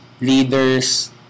leaders